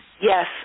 Yes